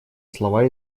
слова